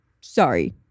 Sorry